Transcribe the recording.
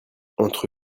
entre